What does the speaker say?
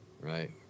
right